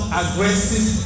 aggressive